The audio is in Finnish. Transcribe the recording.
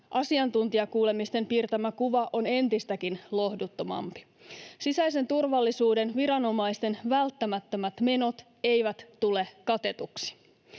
asiantuntijakuulemisten piirtämä kuva on entistäkin lohduttomampi. Sisäisen turvallisuuden viranomaisten välttämättömät menot eivät tule katetuiksi.